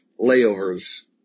layovers